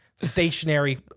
Stationary